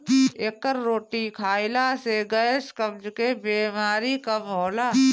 एकर रोटी खाईला से गैस, कब्ज के बेमारी कम होला